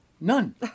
None